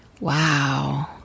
Wow